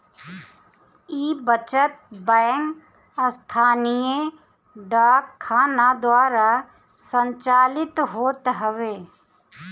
इ बचत बैंक स्थानीय डाक खाना द्वारा संचालित होत हवे